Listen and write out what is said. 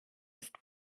ist